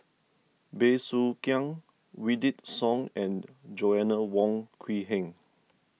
Bey Soo Khiang Wykidd Song and Joanna Wong Quee Heng